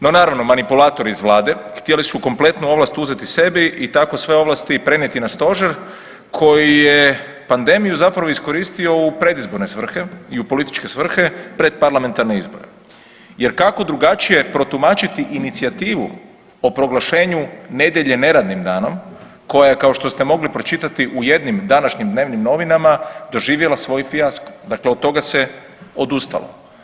No naravno manipulatori iz vlade htjeli su kompletnu ovlast uzeti sebi i tako sve ovlasti prenijeti na stožer koji je pandemiju zapravo iskoristio u predizborne svrhe i u političke svrhe pred parlamentarne izbore jer kako drugačije protumačiti inicijativu o proglašenju nedjelje neradnim danom koja je kao što ste mogli pročitati u jednim današnjim dnevnim novinama doživjela svoj fijasko, dakle od toga se odustalo.